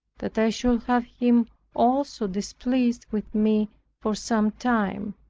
that i should have him also displeased with me for some time.